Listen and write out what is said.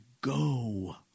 go